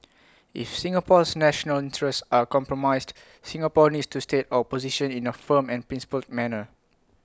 if Singapore's national interests are compromised Singapore needs to state our position in A firm and principled manner